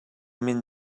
min